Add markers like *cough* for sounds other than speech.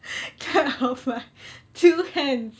*noise* clap of my two hands